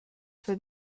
for